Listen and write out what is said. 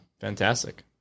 Fantastic